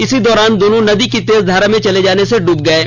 इसी दौरान दोनों नदी की तेज धारा में चले जाने से डूब गये